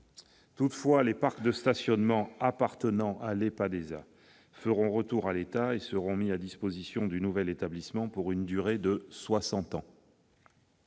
Toutefois, les parcs de stationnement appartenant à l'EPADESA feront retour à l'État et seront mis à disposition du nouvel établissement pour une durée de soixante